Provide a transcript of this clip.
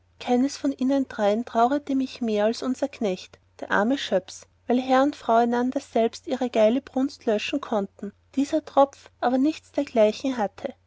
keines von ihnen dreien taurete mich mehr als unser knecht der arme schöps weil herr und frau einander selbst ihre geile brunst löschen konnten dieser tropf aber nichts dergleichen hatte